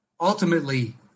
ultimately